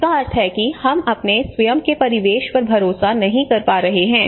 जिसका अर्थ है कि हम अपने स्वयं के परिवेश पर भरोसा नहीं कर पा रहे हैं